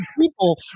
people